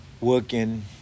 working